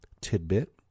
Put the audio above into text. tidbit